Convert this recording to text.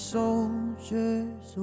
soldiers